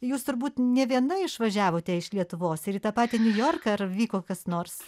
jūs turbūt ne viena išvažiavote iš lietuvos ir į tą patį niujorką ar vyko kas nors